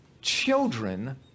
children